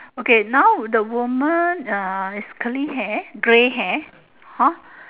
okay now the woman uh is clean hair grey hair hor